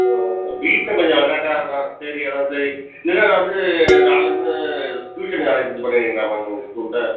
ம் வீட்டில் கொஞ்சம் விளாட்டாக இருக்கான் சரி அதான் சரி இல்லைன்னா நான் வந்து நாளைலருந்து ட்யூஷன் அரேஞ்ச் பண்ணுவீங்களா மேம் உங்கள் ஸ்கூலில்